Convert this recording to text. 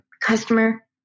customer